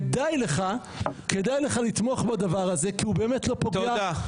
כדאי לך לתמוך בדבר הזה כי הוא באמת לא פוגע,